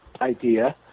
idea